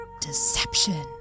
Deception